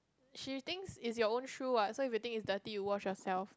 she thinks it's your own shoe what so if you think it's dirty you wash yourself